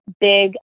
big